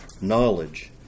knowledge